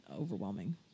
overwhelming